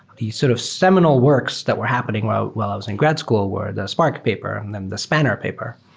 the sort of seminal works that were happening while while i was in grad school were the spark paper, and then the spanner paper,